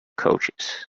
coaches